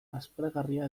aspergarria